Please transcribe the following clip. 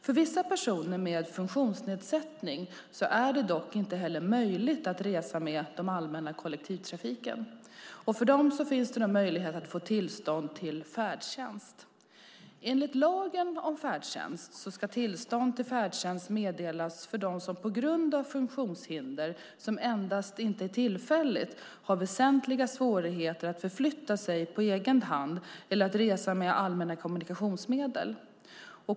För vissa personer med funktionsnedsättning är det dock inte heller möjligt att resa med den allmänna kollektivtrafiken. För dem finns möjlighet att få tillstånd till färdtjänst. Enligt lagen om färdtjänst ska tillstånd till färdtjänst meddelas för dem som på grund av funktionshinder, som endast inte är tillfälligt, har väsentliga svårigheter att förflytta sig på egen hand eller att resa med allmänna kommunikationsmedel.